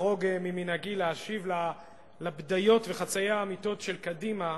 אחרוג ממנהגי להשיב על הבדיות וחצאי האמיתות של קדימה,